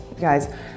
guys